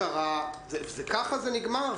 כך זה נגמר?